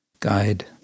guide